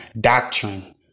doctrine